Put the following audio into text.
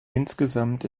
insgesamt